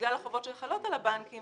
בגלל החובות שחלות על הבנקים,